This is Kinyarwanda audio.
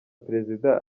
perezida